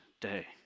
day